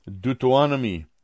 Deuteronomy